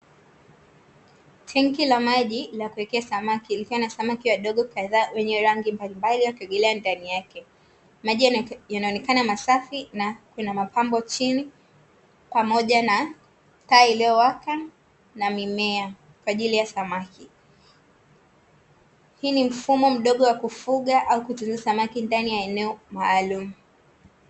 Tenki la maji la kuwekea samaki likiwa na samaki wadogo kadhaa wenye rangi mbalimbali wakiogelea ndani yake, maji yanaonekana masafi na kuna mapambo chini pamoja na taa iliyowaka na mimea kwa ajili ya samaki, hii ni mfumo mdogo wa kufuga au kutunza samaki ndani ya eneo maalumu.